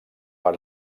per